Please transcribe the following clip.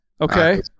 Okay